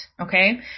okay